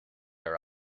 are